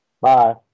Bye